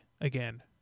again